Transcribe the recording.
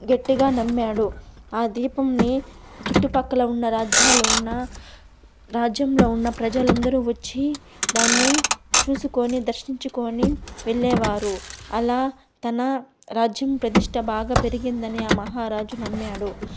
గట్టిగా నమ్మాడు ఆ దీపంని చుట్టుపక్కల ఉన్న రాజ్యాలు ఉన్న రాజ్యంలో ఉన్న ప్రజలందరూ వచ్చి దాన్ని చూసుకోని దర్శించుకోని వెళ్ళేవారు అలా తన రాజ్యం ప్రదిష్ట బాగా పెరిగిందని ఆ మహారాజు నమ్మాడు